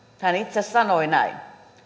hän itse sanoi näin